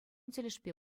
тӗлӗшпе